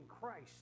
Christ